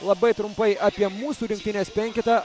labai trumpai apie mūsų rinktinės penketą